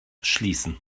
schließen